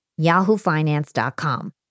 yahoofinance.com